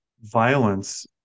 violence